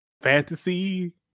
fantasy